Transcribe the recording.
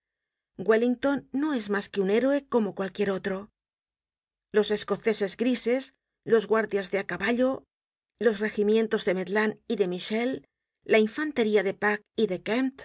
wellington no es mas que un héroe como cualquier otro los escoceses grises los guardias de á caballo los regimientos de maitland y de mitchell la infantería de pack y de